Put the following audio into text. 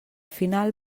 final